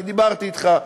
כי דיברתי אתך,